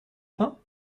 pain